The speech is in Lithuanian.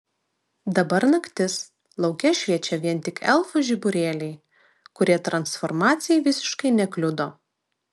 dabar naktis lauke šviečia vien tik elfų žiburėliai kurie transformacijai visiškai nekliudo